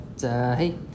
hey